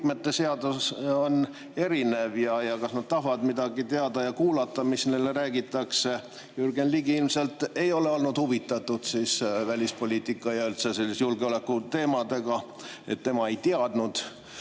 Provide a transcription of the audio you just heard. liikmete seas on erinev ja kas nad tahavad midagi teada ja kuulata, mis neile räägitakse. Jürgen Ligi ilmselt ei ole olnud huvitatud välispoliitikast ja üldse sellistest julgeolekuteemadest, et tema ei teadnud.